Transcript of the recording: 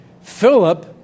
Philip